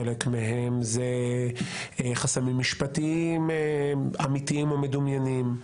חלק מהן זה חסמים משפטיים אמיתיים או מדומיינים,